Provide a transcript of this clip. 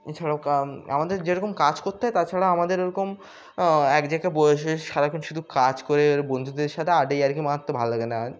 এছাড়াও আমাদের যেরকম কাজ করতে হয় তাছাড়াও আমাদের ওরকম এক জায়গায় বসে সারাক্ষণ শুধু কাজ করে ও বন্ধুদের সাথে আড্ডা ইয়ার্কি মারতে ভালো লাগে না আর